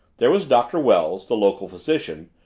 there was doctor wells, the local physician,